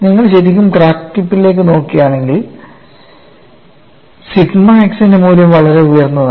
നിങ്ങൾ ശരിക്കും ക്രാക്ക് ടിപ്പിലേക്ക് നോക്കുകയാണെങ്കിൽ സിഗ്മ x ന്റെ മൂല്യം വളരെ ഉയർന്നതാണ്